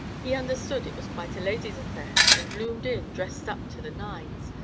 he understood it was quite a ladies' affair, and loomed in, dressed up to the nines,